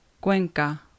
Cuenca